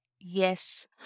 Yes